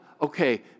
Okay